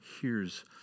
hears